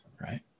right